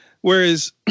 whereas